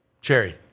cherry